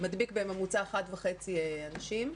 מדביק בממוצע 1.5 אנשים.